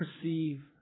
perceive